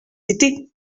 été